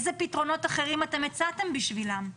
איזה פתרונות אחרים הצעתם בשבילם?